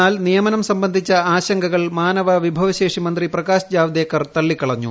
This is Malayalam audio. എന്നാൽ നിയമനം സംബന്ധിച്ച ആശങ്കകൾ മാനവവിഭവ ശേഷി മന്ത്രി പ്രകാശ് ജാവ്ദേകർ തള്ളിക്കളഞ്ഞു